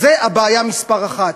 זו הבעיה מספר אחת.